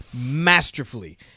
masterfully